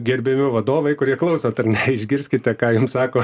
gerbiami vadovai kurie klausot ar ne išgirskite ką jums sako